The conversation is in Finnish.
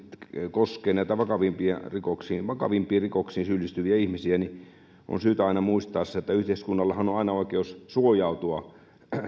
koskee näitä vakavimpiin rikoksiin vakavimpiin rikoksiin syyllistyviä ihmisiä niin on syytä aina muistaa se että yhteiskunnallahan on aina oikeus suojautua